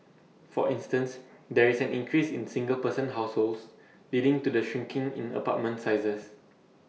for instance there is an increase in single person households leading to the shrinking in apartment sizes